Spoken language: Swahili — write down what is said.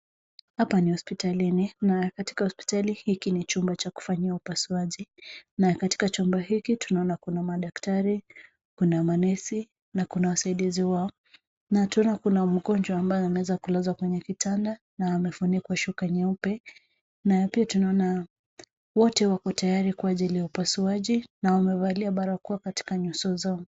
Hapa ni hospitalini na katika hospitali hiki ni chumba cha kufanyia upasuaji na katika chumba hiki tunaona kuna madaktari, kuna manesi na kuna wasaidizi wao na tunaona kuna mgonjwa ambaye ameweza kulazwa kwenye kitanda na amefunikwa shuka nyeupe na pia tunaona wote wako tayari juu ya upasuaji na wamevalia barakoa katika nyuso zao.